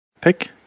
pick